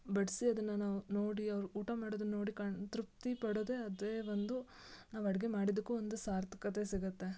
ಬಡಿಸಿ ಅದನ್ನು ನಾವು ನೋಡಿ ಅವ್ರು ಊಟ ಮಾಡೋದನ್ನು ನೋಡಿ ಕಣ್ಣು ತೃಪ್ತಿ ಪಡೋದೆ ಅದೇ ಒಂದು ನಾವು ಅಡುಗೆ ಮಾಡಿದ್ದಕ್ಕೂ ಒಂದು ಸಾರ್ಥಕತೆ ಸಿಗುತ್ತೆ